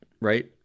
right